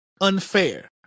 unfair